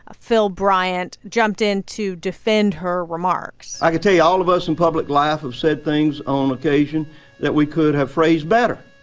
ah phil bryant, jumped in to defend her remarks i can tell you, all of us in public life have said things on um occasion that we could have phrased better.